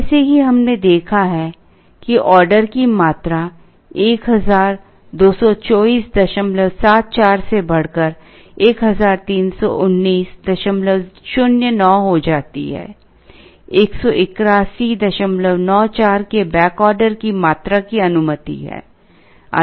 पहले से ही हमने देखा है कि ऑर्डर की मात्रा 122474 से बढ़कर 131909 हो जाती है 18194 के बैक ऑर्डर की मात्रा की अनुमति है